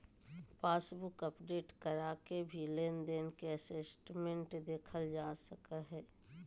passbook update करा के भी लेनदेन के स्टेटमेंट देखल जा सकय हय